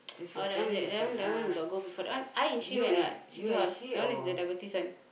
oh that one that that one that one I got go before that one I and she went what City-Hall that one is the diabetes one